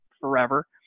forever